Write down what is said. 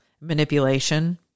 manipulation